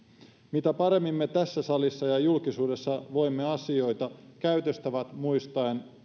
mitä paremmin me tässä salissa ja julkisuudessa voimme asioita käytöstavat muistaen